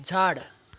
झाड